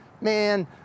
man